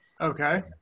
Okay